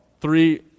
three